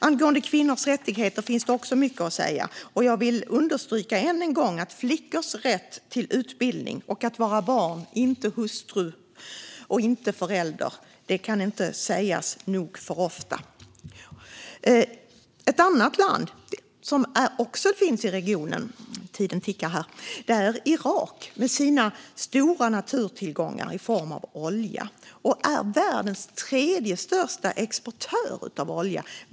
Angående kvinnors rättigheter finns det mycket att säga. Jag vill än en gång understryka flickors rätt till utbildning och att vara barn - inte hustru och förälder. Det kan inte sägas nog ofta. Ett annat land som också finns i regionen är Irak med sina stora naturtillgångar i form av olja. Det är världens tredje största exportör av olja.